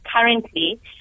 currently